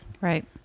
Right